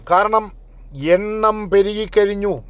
കാരണം എണ്ണം പെരുകിക്കഴിഞ്ഞു